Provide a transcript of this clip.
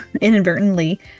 inadvertently